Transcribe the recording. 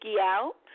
out